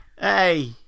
Hey